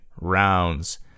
rounds